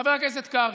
חבר הכנסת קרעי,